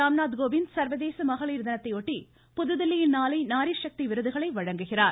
ராம்நாத் கோவிந்த் சர்வதேச மகளிர் தினத்தையொட்டி புதுதில்லியில் நாளை நாரிசக்தி விருதுகளை வழங்குகிறார்